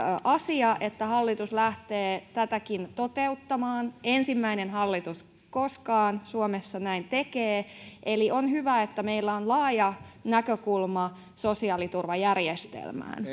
asia että hallitus lähtee tätäkin toteuttamaan ensimmäinen hallitus koskaan suomessa näin tekee eli on hyvä että meillä on laaja näkökulma sosiaaliturvajärjestelmään